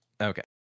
Okay